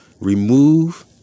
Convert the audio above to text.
Remove